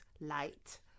light